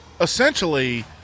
essentially